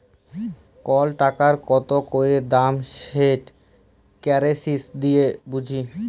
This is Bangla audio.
কল টাকার কত ক্যইরে দাম সেট কারেলসি দিঁয়ে বুঝি